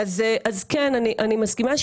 אז למה מחכים לפברואר?